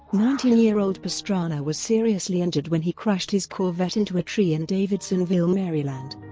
nineteen year old pastrana was seriously injured when he crashed his corvette into a tree in davidsonville, maryland.